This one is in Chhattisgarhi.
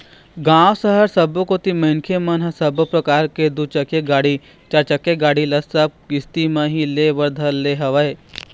गाँव, सहर सबो कोती मनखे मन ह सब्बो परकार के दू चकिया गाड़ी, चारचकिया गाड़ी ल सब किस्ती म ही ले बर धर ले हवय